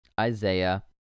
Isaiah